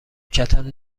کتم